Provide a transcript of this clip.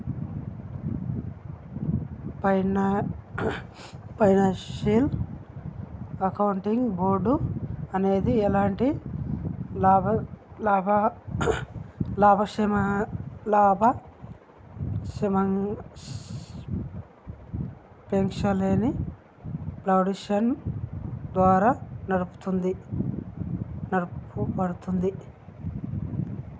financial accounting board అనేది ఎలాంటి లాభాపేక్షలేని ఫౌండేషన్ ద్వారా నడపబడుద్ది